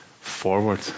forward